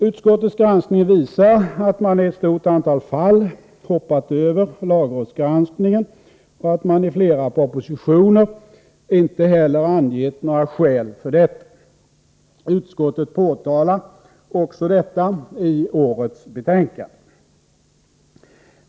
Utskottets granskning visar att regeringen i ett stort antal fall hoppat över lagrådsgranskningen och att den i flera propositioner inte heller angett några skäl för detta. Utskottet påtalar också detta i årets betänkande.